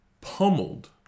pummeled